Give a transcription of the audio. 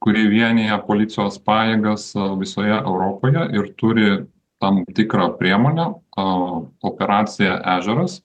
kuri vienija policijos pajėgas visoje europoje ir turi tam tikrą priemonę operaciją ežeras